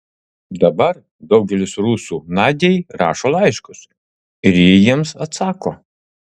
dabar daugelis rusų nadiai rašo laiškus ir ji jiems atsako